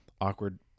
awkward